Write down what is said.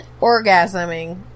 orgasming